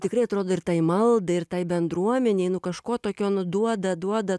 tikrai atrodo ir tai maldai ir tai bendruomenei nu kažko tokio nu duoda duoda